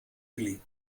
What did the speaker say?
willi